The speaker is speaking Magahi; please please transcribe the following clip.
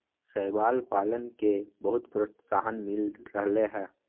शैवाल पालन के बहुत प्रोत्साहन मिल रहले है